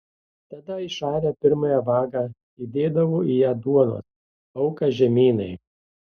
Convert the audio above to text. tada išarę pirmąją vagą įdėdavo į ją duonos auką žemynai